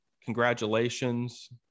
Congratulations